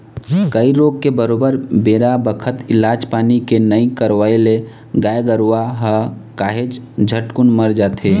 छई रोग के बरोबर बेरा बखत इलाज पानी के नइ करवई ले गाय गरुवा ह काहेच झटकुन मर जाथे